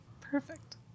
Perfect